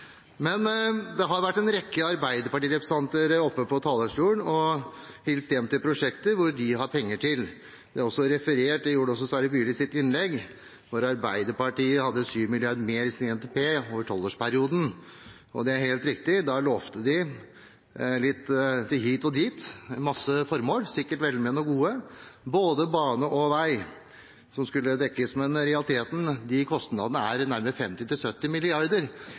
Det har vært en rekke Arbeiderparti-representanter oppe på talerstolen og hilst hjem til prosjekter som de har penger til. Det er også referert til – det gjorde også Sverre Myrli i sitt innlegg – at Arbeiderpartiet hadde 7 mrd. kr mer i sin NTP over tolvårsperioden. Det er helt riktig, da lovte de litt til hit og litt til dit – til mange formål, sikkert velmenende og gode. Det var både bane og vei som skulle dekkes. Men i realiteten er disse kostnadene på nærmere 50